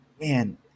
man